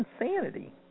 insanity